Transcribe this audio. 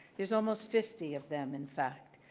there's almost fifty of them in fact.